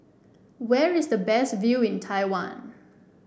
where is the best view in Taiwan